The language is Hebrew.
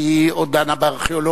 כי היא עוד דנה בארכיאולוגיה.